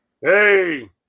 hey